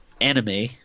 anime